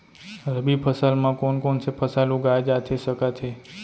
रबि फसल म कोन कोन से फसल उगाए जाथे सकत हे?